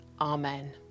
Amen